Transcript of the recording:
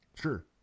Sure